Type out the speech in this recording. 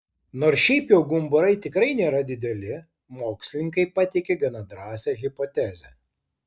nors šiaip jau gumburai tikrai nėra dideli mokslininkai pateikė gana drąsią hipotezę